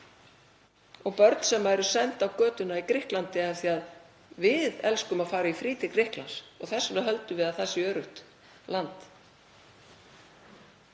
og börn sem eru send á götuna í Grikklandi af því að við elskum að fara í frí til Grikklands og þess vegna höldum við að það sé öruggt land.